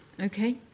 Okay